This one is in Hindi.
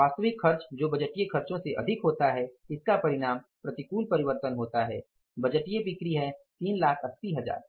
वास्तविक खर्च जो बजटीय खर्चों से अधिक होता है इसका परिणाम प्रतिकूल परिवर्तन होता है बजटीय बिक्री है 3 लाख 80 हजार